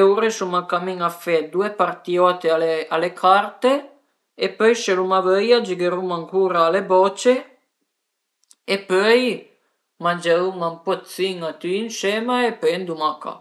I social media ën po dë menu përché mi vardu pa tantu ël cellülar cuindi i dovru dë menu, però la sera vardu spes e vulenté ël telegiurnal a la televiziun